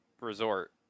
resort